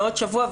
עוד שבוע,